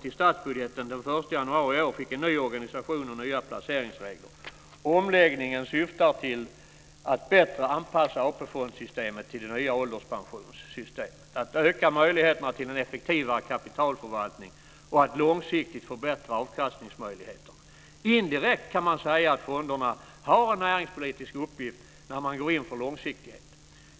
till statsbudgeten den 1 januari i år fick en ny organisation och nya placeringsregler. Omläggningen syftar till att bättre anpassa AP-fondssystemet till det nya ålderspensionssystemet, att öka möjligheterna till en effektivare kapitalförvaltning och att långsiktigt förbättra avkastningsmöjligheterna. Indirekt kan man säga att fonderna har en näringspolitisk uppgift när man går in för långsiktighet.